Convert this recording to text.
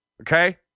okay